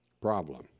problem